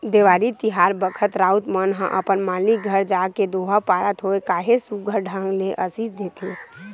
देवारी तिहार बखत राउत मन ह अपन मालिक घर जाके दोहा पारत होय काहेच सुग्घर ढंग ले असीस देथे